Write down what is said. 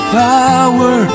power